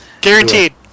Guaranteed